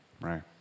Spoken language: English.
Right